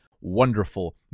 wonderful